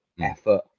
effort